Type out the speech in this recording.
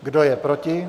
Kdo je proti?